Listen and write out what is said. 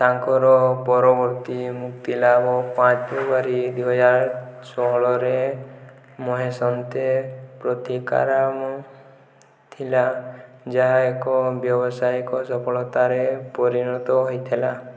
ତାଙ୍କର ପରବର୍ତ୍ତୀ ମୁକ୍ତିଲାଭ ପାଞ୍ଚ ଫେବୃଆରୀ ଦୁଇ ହଜାର ଷୋହଳରେ ମହେଶନ୍ତେ ପ୍ରଥିକାରାମ ଥିଲା ଯାହା ଏକ ବ୍ୟବସାୟିକ ସଫଳତାରେ ପରିଣତ ହୋଇଥିଲା